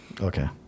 Okay